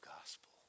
gospel